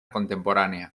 contemporánea